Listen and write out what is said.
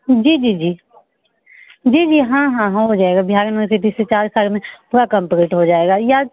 जी जी जी जी जी हाँ हाँ हो जाएगा बिहार यूनिवर्सिटी से चार साल में पूरा कम्पलीट हो जाएगा या